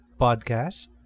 podcast